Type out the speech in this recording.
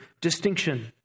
distinction